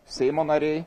seimo nariai